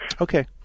Okay